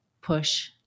push